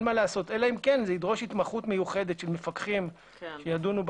אלא אם כן זה ידרוש התמחות מיוחדת של מפקחים שידונו בנושא.